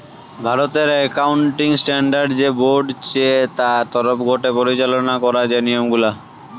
ভারতের accounting standard যে board চে তার তরফ গটে পরিচালনা করা যে নিয়ম গুলা